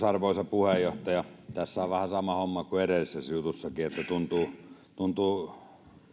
arvoisa puheenjohtaja tässä on vähän sama homma kuin edellisessä jutussakin että tuntuu tuntuu